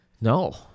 No